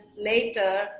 later